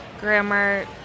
grammar